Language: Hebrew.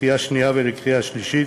לקריאה שנייה ולקריאה שלישית,